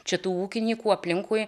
čia tų ūkininkų aplinkui